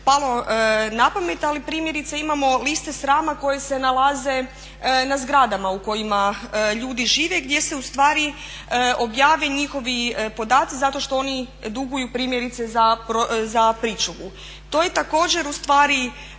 palo na pamet, ali primjerice imamo liste srama koje se nalaze na zgradama u kojima ljudi žive gdje se ustvari objave njihovi podaci zato što oni duguju primjerice za pričuvu. To je također ustvari